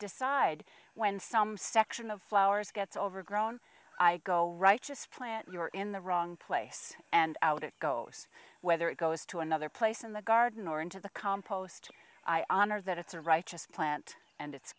decide when some section of flowers gets overgrown i go right just plant you're in the wrong place and out it goes whether it goes to another place in the garden or into the compost i honor that it's a righteous plant and it's